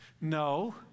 No